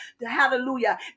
hallelujah